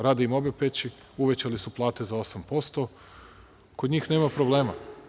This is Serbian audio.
Rade im obe peći, uvećali su plate za 8% i kod njih nema problema.